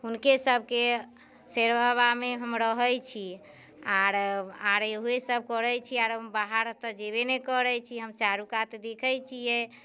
हुनके सभके सेरवावामे हम रहै छियै आओर आओर उहे सभ करै छी आओर बाहर तऽ जेबे नहि करै छी हम चारू कात दिखै छियै